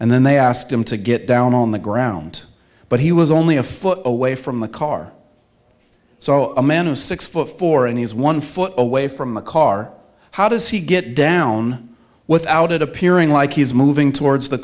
and then they asked him to get down on the ground but he was only a foot away from the car so a man who is six foot four and he's one foot away from the car how does he get down without it appearing like he is moving towards the